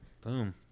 Boom